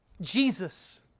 Jesus